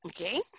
Okay